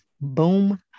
boom